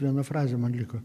viena frazė man liko